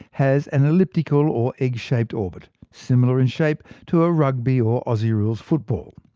has an elliptical or egg-shaped orbit similar in shape to a rugby or aussie rules football.